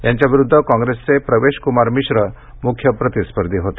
यांच्याविरुध्द काँग्रेसचे प्रवेश कुमार मिश्रा मुख्य प्रतिस्पर्धी होते